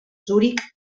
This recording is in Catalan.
zuric